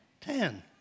ten